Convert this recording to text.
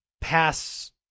pass